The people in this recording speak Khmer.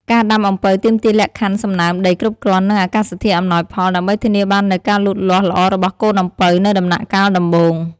ការដាំអំពៅទាមទារលក្ខខណ្ឌសំណើមដីគ្រប់គ្រាន់ និងអាកាសធាតុអំណោយផល ដើម្បីធានាបាននូវការលូតលាស់ល្អរបស់កូនអំពៅនៅដំណាក់កាលដំបូង។